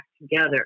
together